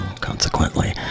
Consequently